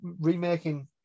remaking